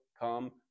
Come